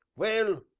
well,